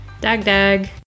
Dag-dag